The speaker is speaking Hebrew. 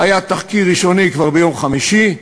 היה תחקיר ראשוני כבר ביום חמישי,